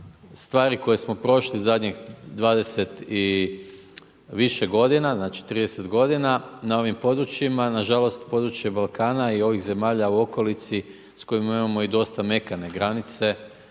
stvari koje smo prošli zadnje 20 i više g. znači 30 g. na ovim područjima, nažalost, područje Balkana i ovih zemalja u okolici, s kojim imamo dosta mekane granice